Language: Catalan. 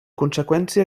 conseqüència